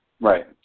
Right